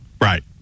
Right